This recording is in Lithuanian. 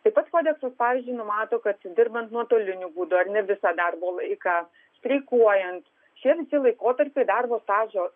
taip pat kodeksas pavyzdžiui numato kad dirbant nuotoliniu būdu ar ne visą darbo laiką streikuojant šie visi laikotarpiai darbo stažo